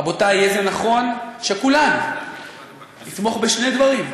רבותי, יהיה נכון שכולנו נתמוך בשני דברים: